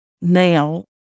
now